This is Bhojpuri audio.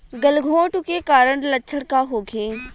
गलघोंटु के कारण लक्षण का होखे?